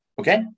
Okay